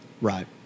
Right